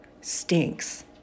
stinks